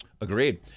Agreed